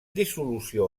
dissolució